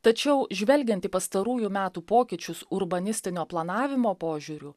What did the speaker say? tačiau žvelgiant į pastarųjų metų pokyčius urbanistinio planavimo požiūriu